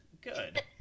good